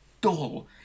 dull